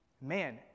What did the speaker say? man